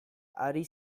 ari